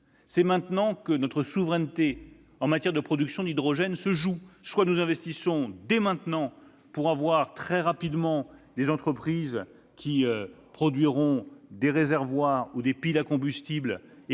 C'est maintenant que notre souveraineté en matière de production d'hydrogène se joue, par exemple : soit nous investissons dès maintenant pour avoir très rapidement des entreprises capables de produire des réservoirs ou des piles à combustible,